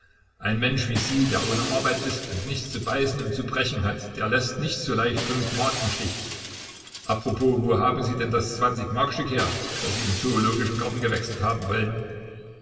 ein mensch wie sie der ohne arbeit ist und nichts zu beißen und zu brechen hat der läßt nicht so leicht fünf mark im stich apropos wo haben sie denn das zwanzigmarkstück her das sie im zoologischen garten gewechselt haben wollen